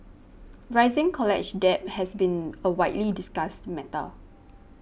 rising college debt has been a widely discussed matter